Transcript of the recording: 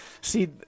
see